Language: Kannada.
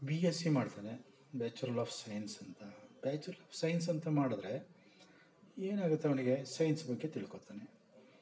ಬಿ ಎಸ್ ಸಿ ಮಾಡ್ತಾನೆ ಬ್ಯಾಚುರಲ್ ಆಫ್ ಸೈನ್ಸ್ ಅಂತ ಬ್ಯಾಚುರಲ್ ಆಫ್ ಸೈನ್ಸ್ ಅಂತ ಮಾಡಿದ್ರೆ ಏನಾಗತ್ತೆ ಅವನಿಗೆ ಸೈನ್ಸ್ ಬಗ್ಗೆ ತಿಳ್ಕೊತಾನೆ